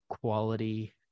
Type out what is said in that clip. quality